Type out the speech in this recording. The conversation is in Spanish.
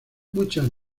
muchas